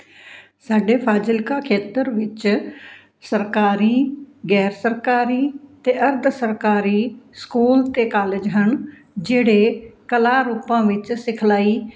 ਸਾਡੇ ਫਾਜ਼ਿਲਕਾ ਖੇਤਰ ਵਿੱਚ ਸਰਕਾਰੀ ਗੈਰ ਸਰਕਾਰੀ ਤੇ ਅਰਧ ਸਰਕਾਰੀ ਸਕੂਲ ਤੇ ਕਾਲਜ ਹਨ ਜਿਹੜੇ ਕਲਾਂ ਰੂਪਾਂ ਵਿੱਚ ਸਿਖਲਾਈ